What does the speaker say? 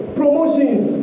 promotions